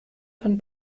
von